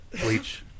bleach